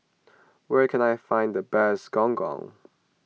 where can I find the best Gong Gong